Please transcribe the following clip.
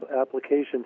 applications